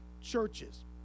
churches